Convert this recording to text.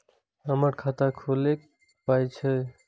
हमर खाता खौलैक पाय छै